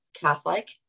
Catholic